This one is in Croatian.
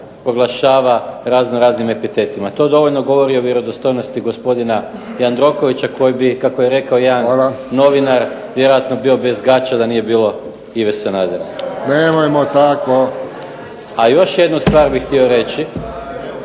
proglašava razno-raznim epitetima. To dovoljno govori o vjerodostojnosti gospodina Jandrokovića koji bi kako je rekao jedan novinara bio vjerojatno bez gaća da nije bilo Ive Sanadera. **Friščić, Josip (HSS)** Nemojmo tako.